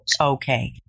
Okay